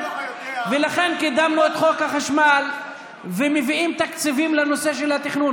ולכן קידמנו את חוק החשמל ומביאים תקציבים לנושא של התכנון.